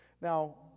Now